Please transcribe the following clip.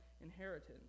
inheritance